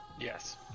Yes